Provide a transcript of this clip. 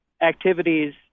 activities